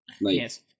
Yes